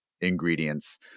ingredients